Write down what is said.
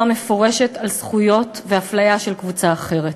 מפורשת על חשבון זכויות ואפליה של קבוצה אחרת.